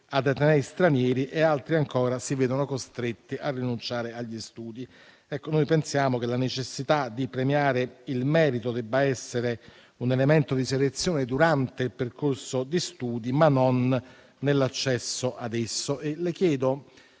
ad atenei stranieri e altri ancora si vedono costretti a rinunciare agli studi. Noi pensiamo che la necessità di premiare il merito debba essere un elemento di selezione durante il percorso di studi, ma non nell'accesso ad esso. Le chiedo